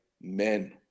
men